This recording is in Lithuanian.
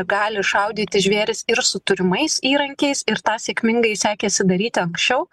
gali šaudyti žvėris ir su turimais įrankiais ir tą sėkmingai sekėsi daryti anksčiau